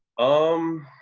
um.